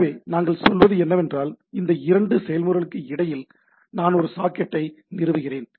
எனவே நாங்கள் சொல்வது என்னவென்றால் இந்த இரண்டு செயல்முறைகளுக்கும் இடையில் நான் ஒரு சாக்கெட்டை நிறுவுகிறேன்